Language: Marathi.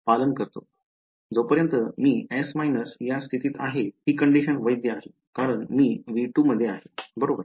जोपर्यंत मी S या स्थितीत आहे हि condition वैध आहे कारण ती V2 मध्ये आहे बरोबर